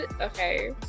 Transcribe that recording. okay